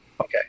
Okay